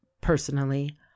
personally